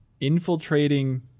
Infiltrating